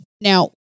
Now